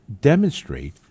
demonstrate